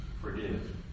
Forgive